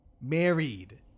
married